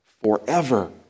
forever